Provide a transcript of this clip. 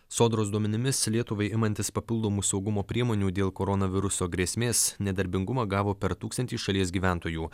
sodros duomenimis lietuvai imantis papildomų saugumo priemonių dėl koronaviruso grėsmės nedarbingumą gavo per tūkstantį šalies gyventojų